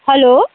hello